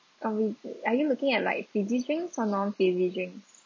oh are you looking at like a fizzy's drinks or non fizzy drinks